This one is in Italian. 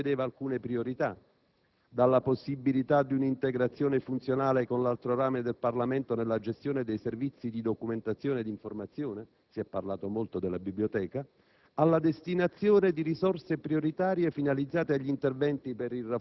Tale documento, all'interno di un macroquadro di contenimento della spesa, prevedeva alcune priorità: dalla possibilità di un'integrazione funzionale con l'altro ramo del Parlamento nella gestione dei servizi di documentazione e di informazione - si è parlato molto della Biblioteca